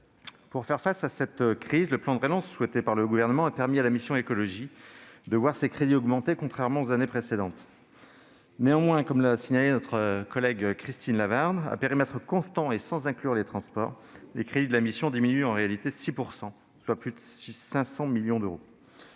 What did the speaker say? pour faire face à cette crise permet à la mission « Écologie, développement et mobilités durables » de voir ses crédits augmenter, contrairement aux années précédentes. Néanmoins, comme l'a signalé notre collègue Christine Lavarde, à périmètre constant et sans inclure les transports, les crédits de la mission diminuent en réalité de 6 %, soit de plus de 500 millions d'euros.